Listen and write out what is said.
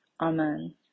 Amen